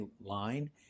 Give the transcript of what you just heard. line